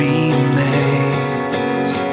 Remains